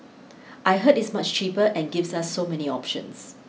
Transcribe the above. I heard it's much cheaper and gives us so many options